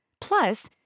Plus